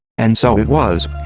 and so it was.